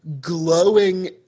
glowing